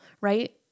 right